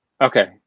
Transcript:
Okay